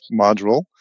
module